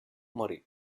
morì